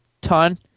ton